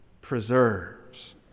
preserves